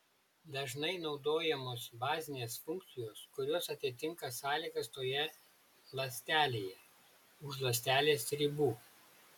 dažnai naudojamos bazinės funkcijos kurios atitinka sąlygas toje ląstelėje už ląstelės ribų